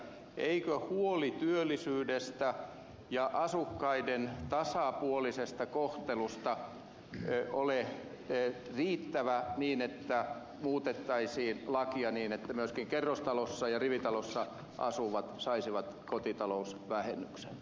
eikö huoli työllisyydestä ja asukkaiden tasapuolisesta kohtelusta ole riittävä niin että muutettaisiin lakia niin että myöskin kerrostalossa ja rivitalossa asuvat saisivat kotitalousvähennyksen